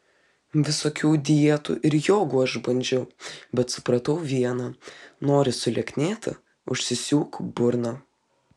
visokių dietų ir jogų aš bandžiau bet supratau viena nori sulieknėti užsisiūk burną